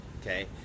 Okay